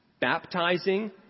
baptizing